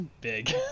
Big